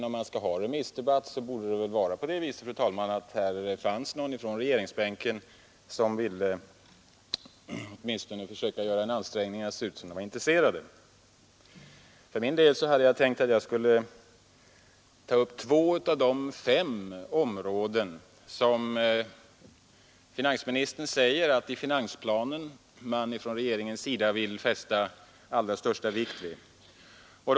Om man skall ha en remissdebatt, borde det väl vara så, fru talman, att här i regeringsbänken fanns någon som ville åtminstone försöka se intresserad ut. Jag tänker ta upp två av de fem områden som finansministern i finansplanen säger att man från regeringens sida vill fästa den allra största vikt vid.